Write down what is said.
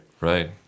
Right